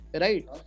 right